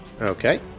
Okay